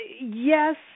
yes